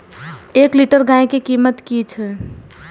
एक लीटर गाय के कीमत कि छै?